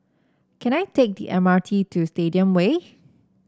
can I take the M R T to Stadium Way